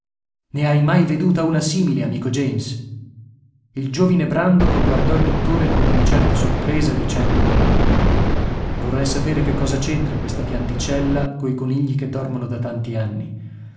ne hai mai veduta una simile amico james il giovine brandok guardò il dottore con una certa sorpresa dicendo vorrei sapere che cosa c'entra questa pianticella coi conigli che dormono da tanti anni